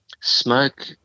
smoke